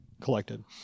collected